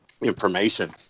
information